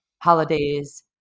holidays